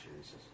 Jesus